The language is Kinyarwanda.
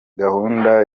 gahunda